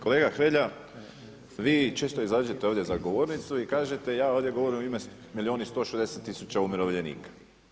Kolega Hrelja, vi često izađete ovdje za govornicu i kažete ja ovdje govorim u ime milijun i 160 tisuća umirovljenika.